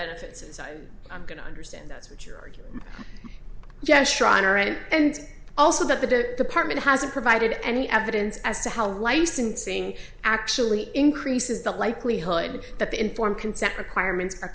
benefits aside i'm going to understand that's what you're arguing yes shriner and also that the department hasn't provided any evidence as to how licensing actually increases the likelihood that the informed consent requirements are